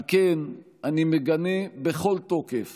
על כן אני מגנה בכל תוקף